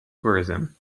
tourism